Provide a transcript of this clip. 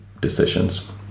decisions